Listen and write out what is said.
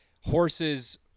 horses